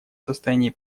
состоянии